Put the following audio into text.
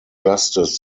justice